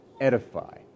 edify